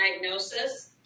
diagnosis